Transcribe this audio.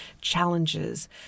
challenges